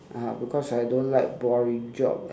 ah because I don't like boring job